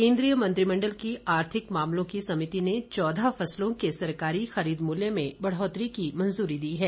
केंद्रीय मंत्रिमंडल की आर्थिक मामलों की समिति ने चौदह फसलों के सरकारी खरीद मूल्य में बढ़ोतरी की मंजूरी दी है